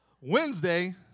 Wednesday